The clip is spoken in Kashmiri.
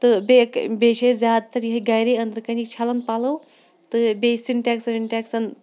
تہٕ بیٚیہِ چھِ أسۍ زیادٕ تَر یِہٕے گَرے اِندرٕ کَنے چھَلان پَلَو تہٕ بیٚیہِ سِنٹٮ۪کسَن وِنٹٮ۪کسَن